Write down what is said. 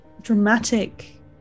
dramatic